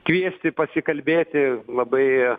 kviesti pasikalbėti labai